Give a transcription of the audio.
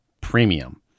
Premium